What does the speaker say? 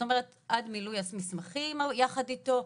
עד מילוי המסמכים יחד אתו,